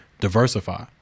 diversify